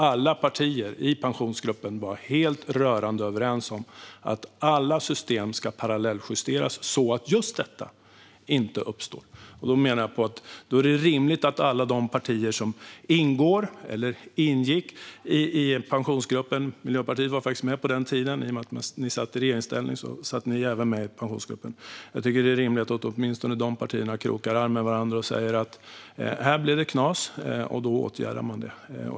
Alla partier i Pensionsgruppen var ändå rörande överens om att alla system skulle parallelljusteras, just för att detta inte skulle uppstå. Jag menar därför att det är rimligt att åtminstone alla de partier som ingår eller ingick i Pensionsgruppen - i och med att Miljöpartiet satt i regeringsställning satt även ni med i Pensionsgruppen på den tiden - krokar arm med varandra och säger: Det blev knas, och det ska åtgärdas.